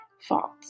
False